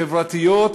חברתיות,